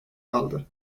aldı